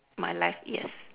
my left yes